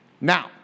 Now